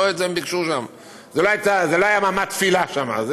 לא את זה הם ביקשו שם, זה לא היה מעמד תפילה שם.